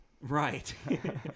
Right